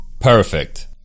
Perfect